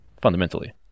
Fundamentally